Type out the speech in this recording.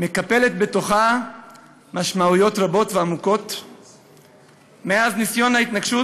מקפלת בתוכה באמת משמעויות רבות ועמוקות מאז ניסיון ההתנקשות.